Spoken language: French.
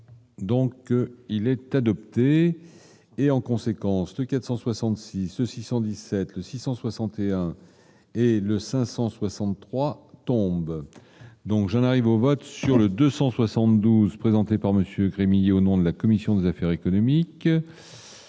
donc il est adopté. Et, en conséquence de 466 E 617 que 661 et le 563. Donc j'en arrive au vote sur le 272 présenté par Monsieur Rémy, au nom de la commission des affaires économiques.